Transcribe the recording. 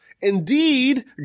indeed